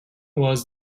was